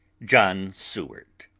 john seward.